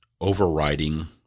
overriding